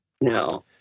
No